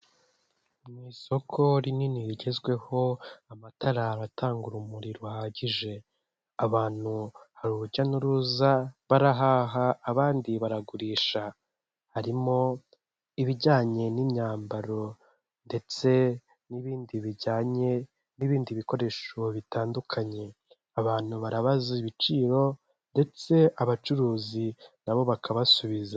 Mu isoko rinini rigezweho, amatara aratanga urumuri ruhagije. Abantu hari urujya n'uruza barahaha abandi baragurisha, harimo ibijyanye n'imyambaro ndetse n'ibindi bijyanye n'ibindi bikoresho bitandukanye. Abantu barabaza ibiciro ndetse abacuruzi nabo bakabasubiza.